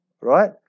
right